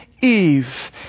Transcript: Eve